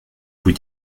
vous